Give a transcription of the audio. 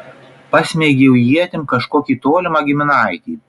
pasmeigiau ietim kažkokį tolimą giminaitį